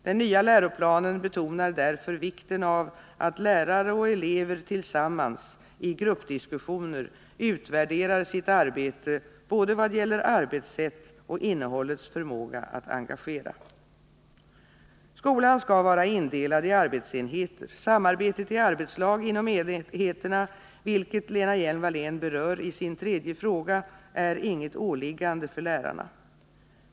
Den nya läroplanen betonar därför vikten av att lärare och elever tillsammans i gruppdiskussioner utvärderar sitt arbete, vad gäller både arbetssätt och innehållets förmåga att engagera. Skolan skall vara indelad i arbetsenheter. Samarbetet i arbetslag inom enheterna, vilket Lena Hjelm-Wallén berör i sin tredje fråga, är inget åliggande för lärarna.